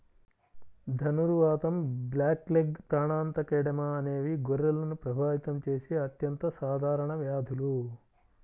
ధనుర్వాతం, బ్లాక్లెగ్, ప్రాణాంతక ఎడెమా అనేవి గొర్రెలను ప్రభావితం చేసే అత్యంత సాధారణ వ్యాధులు